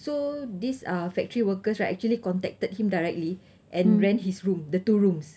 so these uh factory workers right actually contacted him directly and rent his room the two rooms